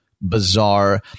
bizarre